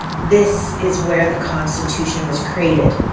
this is where the constitution was created.